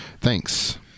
thanks